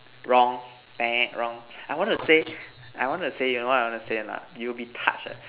wrong wrong I wanna say I wanna say you know what I want to say lah you will be touched ah